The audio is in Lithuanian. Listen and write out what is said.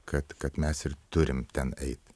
kad kad mes ir turim ten eit